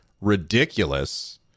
ridiculous